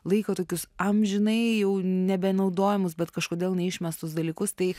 laiko tokius amžinai jau nebenaudojamus bet kažkodėl neišmestus dalykus tai